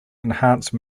enhance